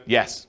Yes